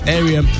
area